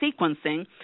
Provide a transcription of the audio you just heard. sequencing